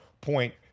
point